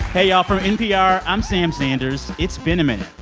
hey, y'all. from npr, i'm sam sanders. it's been a minute.